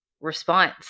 response